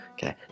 Okay